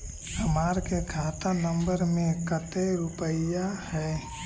हमार के खाता नंबर में कते रूपैया है?